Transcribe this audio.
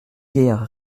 guère